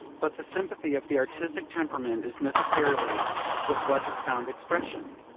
but the sympathy of the artistic temperament is necessarily with what has found expression.